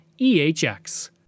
EHX